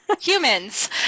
humans